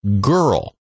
girl